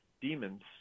demons